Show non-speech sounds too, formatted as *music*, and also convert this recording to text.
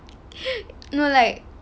*breath* no like